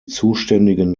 zuständigen